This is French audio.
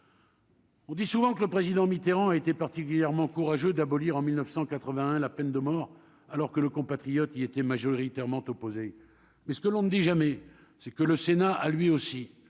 On dit souvent que le président Mitterrand a été particulièrement courageux d'abolir en 1981 la peine de mort, alors que le compatriote y était majoritairement opposés mais ce que l'on ne dit jamais, c'est que le Sénat a lui aussi